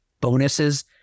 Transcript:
bonuses